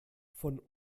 von